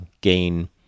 gain